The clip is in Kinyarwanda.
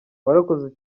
warakoze